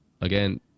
again